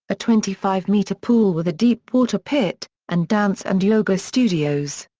a twenty five metre pool with a deep water pit, and dance and yoga studios.